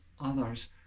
others